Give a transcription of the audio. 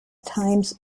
times